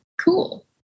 cool